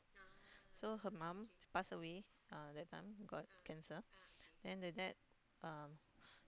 so her mom passed away uh that time got cancer then the dad um